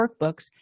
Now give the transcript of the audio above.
workbooks